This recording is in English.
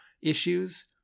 issues